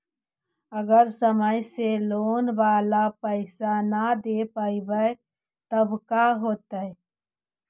अगर समय से लोन बाला पैसा न दे पईबै तब का होतै?